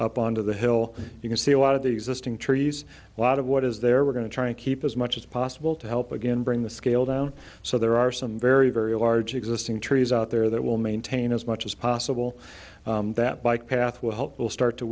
up onto the hill you can see a lot of the existing trees a lot of what is there we're going to try to keep as much as possible to help again bring the scale down so there are some very very large existing trees out there that will maintain as much as possible that bike path will help will start to